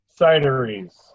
cideries